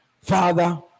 father